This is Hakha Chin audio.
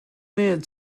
nih